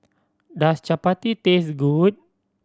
does Chapati taste good